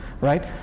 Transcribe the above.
right